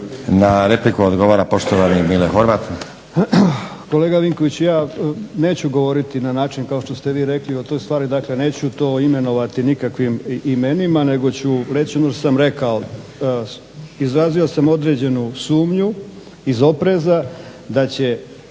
Na repliku odgovora poštovani Mile Horvat. **Horvat, Mile (SDSS)** Kolega Vinkoviću, ja neću govoriti na način kao što ste vi rekli o toj stvari, dakle neću to imenovati nikakvim imenima nego ću reći ono što sam rekao. Izazivao sam određenu sumnju iz opreza da će